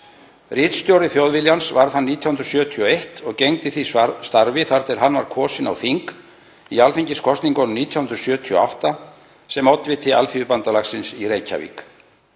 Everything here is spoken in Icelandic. Ritstjóri Þjóðviljans varð hann 1971 og gegndi því starfi þar til hann var kosinn á þing í alþingiskosningunum 1978 sem oddviti Alþýðubandalagsins í Reykjavík.